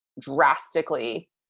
drastically